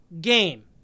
game